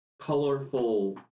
colorful